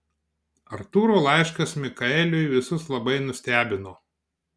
artūro laiškas mikaeliui visus labai nustebino